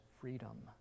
freedom